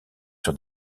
sur